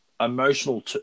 emotional